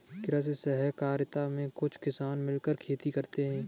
कृषि सहकारिता में कुछ किसान मिलकर खेती करते हैं